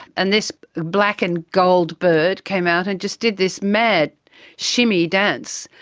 and this black and gold bird came out and just did this mad shimmy dance.